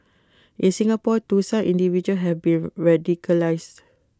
in Singapore too some individuals have been radicalised